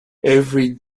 every